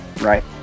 right